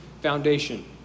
foundation